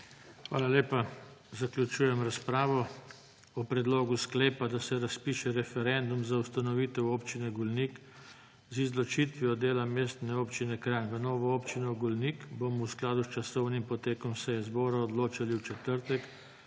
Hvala lepa. Zaključujem razpravo. O predlogu sklepa, da se razpiše referendum za ustanovitev Občine Golnik z izločitvijo dela Mestne občine Kranj v novo Občino Golnik, bomo v skladu s časovnim potekom seje zbora odločali v četrtek,